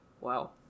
wow